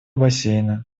бассейна